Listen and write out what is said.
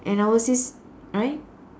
and or Cs right